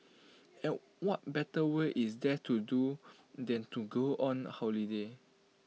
and what better way is there to do than to go on holiday